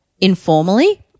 informally